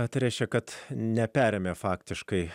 atrėžė kad neperėmė faktiškai